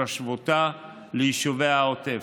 להשוותה ליישובי העוטף.